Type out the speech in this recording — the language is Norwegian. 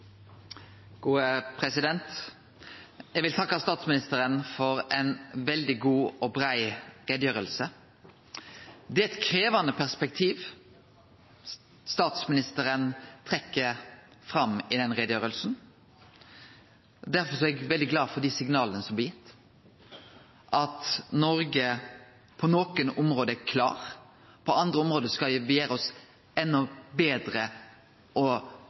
eit krevjande perspektiv statsministeren trekkjer fram i denne utgreiinga. Derfor er eg veldig glad for dei signala som blir gitt om at Noreg på nokre område er klar. På andre område skal me gjere oss enda betre og